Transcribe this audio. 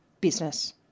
business